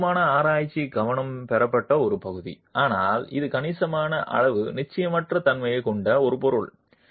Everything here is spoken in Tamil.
இது போதுமான ஆராய்ச்சி கவனம் பெறப்பட்ட ஒரு பகுதி ஆனால் இது கணிசமான அளவு நிச்சயமற்ற தன்மைகளைக் கொண்ட ஒரு பொருள்